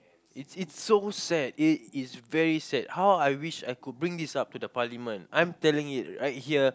it's it's so sad it is very sad how I wish I could bring this to the parliament I'm telling it right here